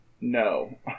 no